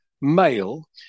male